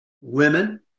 women